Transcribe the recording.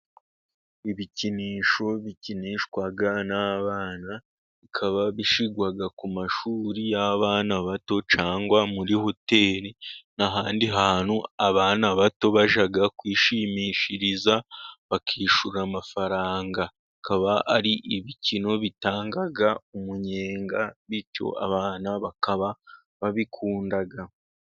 Ibikinisho bikinishwa n'abana, bikaba bishyigwa ku mashuri y'abana bato cyangwa muri hoteri n'ahandi hantu, abana bato bajya kwishimishiriza bakishyura amafaranga, bikaba ari ibikino bitanga umunyenga, bityo abana bakaba babikunda.